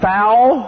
Foul